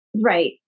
Right